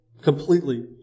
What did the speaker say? completely